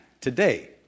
today